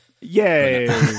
Yay